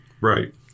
Right